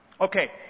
Okay